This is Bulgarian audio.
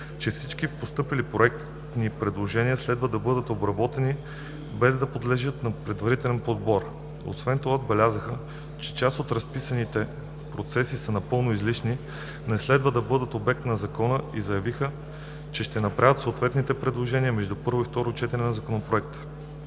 че всички постъпили проектни предложения следва да бъдат обработвани без да подлежат на предварителен подбор. Освен това отбелязаха, че част от разписаните процедури са напълно излишни, не следва да бъдат обект на Закона и заявиха, че ще направят съответните предложения между първо и второ четене на Законопроекта.